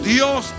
Dios